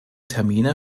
termine